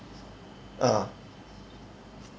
(uh huh)